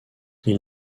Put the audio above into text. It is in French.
ils